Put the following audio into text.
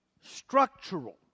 structural